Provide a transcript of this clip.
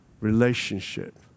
Relationship